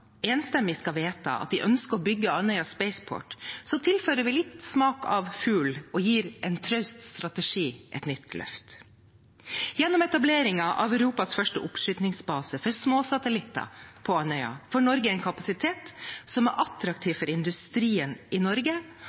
enstemmig skal vedta at de ønsker å bygge Andøya Spaceport, tilfører vi en liten smak av fugl og gir en traust strategi et nytt løft. Gjennom etableringen av Europas første oppskytingsbase for småsatellitter på Andøya får Norge en kapasitet som er attraktiv for industrien i Norge,